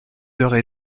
heures